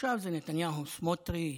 עכשיו זה נתניהו, סמוטריץ'